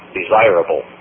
desirable